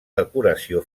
decoració